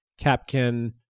Capkin